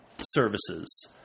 services